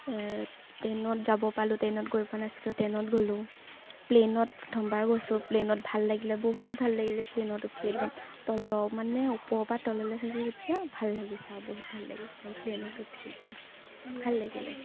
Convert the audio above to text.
আ ট্ৰেইনত যাব পালোঁ ট্ৰেইনত গৈ পোৱা নাছিলোঁ ট্ৰেইনত গ'লোঁ প্লেনত প্ৰথমবাৰ গৈছোঁ প্লেনত ভাল লাগিলে বহুত ভাল লাগিলে প্লেনত উঠি একদম তলৰ মানে ওপৰৰ পৰা তললৈ চাইছোঁ যেতিয়া ভাল লাগিছে আৰু বহুত ভাল লাগিছে প্লেনত উঠি একদম ভাল লাগিলে